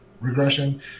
regression